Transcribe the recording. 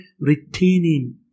retaining